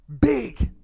big